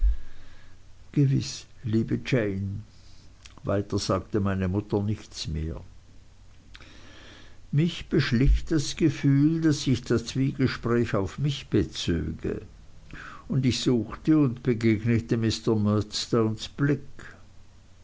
gewiß liebe jane weiter sagte meine mutter nichts mehr mich beschlich das gefühl daß sich das zwiegespräch auf mich bezöge und ich suchte und begegnete mr murdstones blick